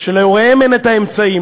שלהוריהם אין אמצעים,